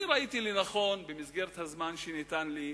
אני ראיתי לנכון, במסגרת הזמן שניתן לי,